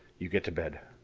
you get to bed.